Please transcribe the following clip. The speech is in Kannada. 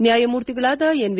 ನ್ಕಾಯಮೂರ್ತಿಗಳಾದ ಎನ್ವಿ